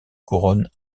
couronne